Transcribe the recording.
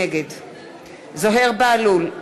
זוהיר בהלול,